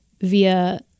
via